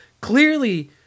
clearly